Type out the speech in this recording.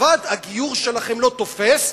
בדיעבד הגיור שלכם לא תופס,